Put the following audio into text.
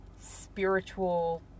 spiritual